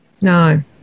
No